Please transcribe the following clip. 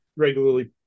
regularly